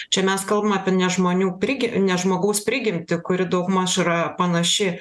čia mes kalbam apie ne žmonių prigim ne žmogaus prigimtį kuri daugmaž yra panaši